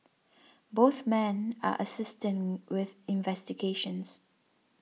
both men are assisting with investigations